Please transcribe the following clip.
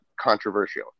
controversial